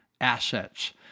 assets